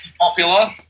popular